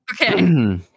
Okay